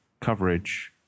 coverage